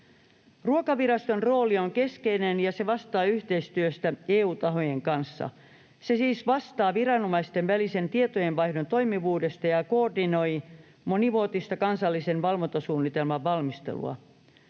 Ruokaviraston rooli on keskeinen, ja se vastaa yhteistyöstä EU-tahojen kanssa. Se siis vastaa viranomaisten välisen tietojenvaihdon toimivuudesta ja koordinoi monivuotista kansallisen valvontasuunnitelman valmistelua.